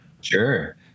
Sure